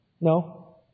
No